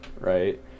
right